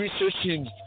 researching